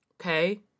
Okay